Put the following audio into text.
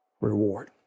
reward